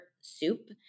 soup